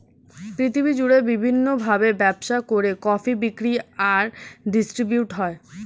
পৃথিবী জুড়ে বিভিন্ন ভাবে ব্যবসা করে কফি বিক্রি আর ডিস্ট্রিবিউট হয়